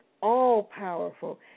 all-powerful